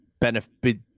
benefit